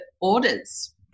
orders